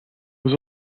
was